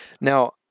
Now